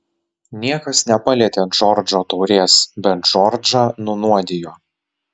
niekas nepalietė džordžo taurės bet džordžą nunuodijo